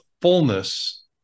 fullness